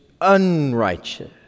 unrighteous